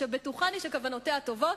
שבטוחני שכוונותיה טובות,